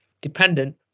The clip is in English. dependent